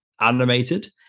animated